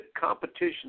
competition